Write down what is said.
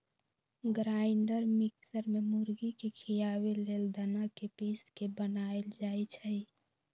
grinder mixer में मुर्गी के खियाबे लेल दना के पिस के बनाएल जाइ छइ